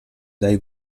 dai